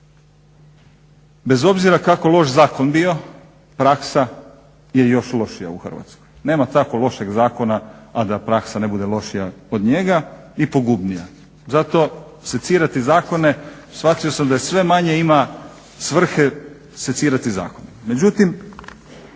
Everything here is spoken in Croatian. Bez obzira kako loš zakon bio, praksa je još lošija u Hrvatskoj. Nema tako lošeg zakona, a da praksa ne bude lošija od njega i pogubnija. Zato secirati zakone shvatio sam da sve manje ima svrhe secirati zakone. Međutim,